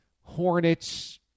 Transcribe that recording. Hornets